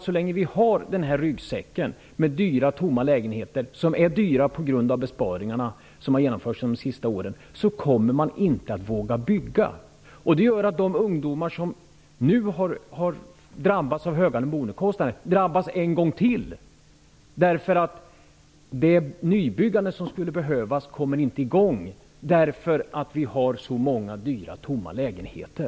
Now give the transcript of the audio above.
Så länge vi har denna ryggsäck med dyra, tomma lägenheter -- som är dyra på grund av de besparingar som genomförts under de senaste åren -- kommer man inte att våga bygga. Det gör att de ungdomar som nu har drabbats av ökade boendekostnader drabbas en gång till. Det nybyggande som skulle behövas kommer inte igång, eftersom vi har så många dyra, tomma lägenheter.